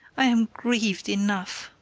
i am griev'd enough.